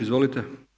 Izvolite.